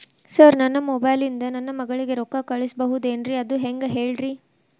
sir ನನ್ನ mobile ಇಂದ ನನ್ನ ಮಗಳಿಗೆ ರೊಕ್ಕಾ ಕಳಿಸಬಹುದೇನ್ರಿ ಅದು ಹೆಂಗ್ ಹೇಳ್ರಿ